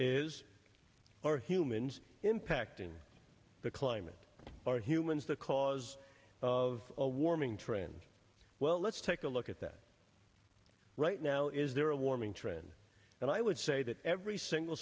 is are humans impacting the climate are humans the cause of a warming trend well let's take a look at that right now is there a warming trend and i would say that every single